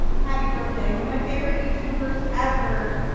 happy birthday. one of my favorite youtubers ever.